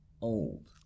old